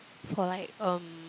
for like um